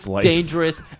dangerous